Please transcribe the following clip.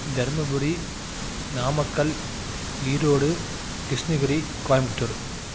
Dharmapuri Namakkal Erode Krishnagiri Coimbatore